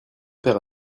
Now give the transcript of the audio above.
père